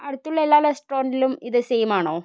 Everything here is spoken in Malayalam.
അടുത്തുള്ള എല്ലാ റെസ്റ്റൊറൻറ്റിലും ഇത് സെയിമാണോ